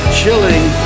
chilling